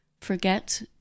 forget